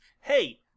hey